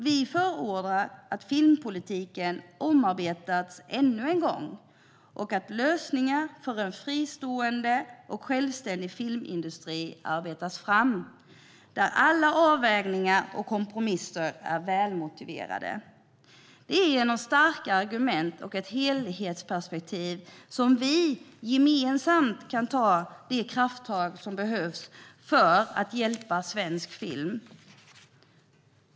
Vi förordar att filmpolitiken omarbetas ännu en gång och att lösningar för en fristående och självständig filmindustri arbetas fram där alla avvägningar och kompromisser är välmotiverade. Det är genom starka argument och ett helhetsperspektiv som vi gemensamt kan ta de krafttag som behövs för att hjälpa svensk film.